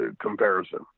comparison